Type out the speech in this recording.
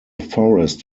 forest